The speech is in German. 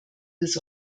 des